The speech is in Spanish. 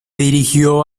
dirigió